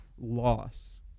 loss